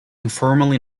informally